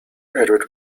edward